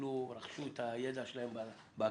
שאפילו רכשו את הידע שלהם באקדמיה,